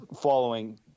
following